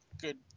good